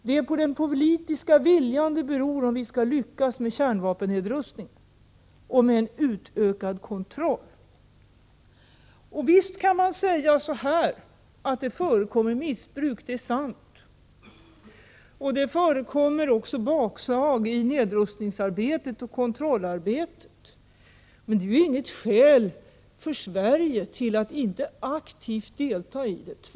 Det är den politiska viljan det beror på om vi lyckas med kärnvapennedrustningen och en utökad kontroll. Visst kan man säga att det förekommer missbruk. Det är sant. Det förekommer också bakslag i nedrustningsarbetet och kontrollarbetet. Men det är inget skäl för Sverige att inte aktivt delta i det arbetet.